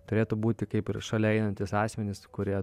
turėtų būti kaip ir šalia einantys asmenys kurie